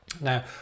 Now